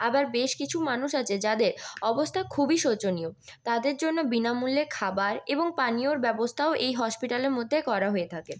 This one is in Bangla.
আবার বেশ কিছু মানুষ আছে যাদের অবস্থা খুবই শোচনীয় তাঁদের জন্য বিনামূল্যে খাবার এবং পানীয়র ব্যবস্থাও এই হসপিটালের মধ্যে করা থাকে